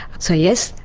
so yes,